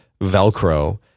Velcro